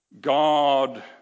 God